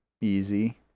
easy